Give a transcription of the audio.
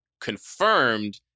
confirmed